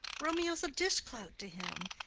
romeo's a dishclout to him.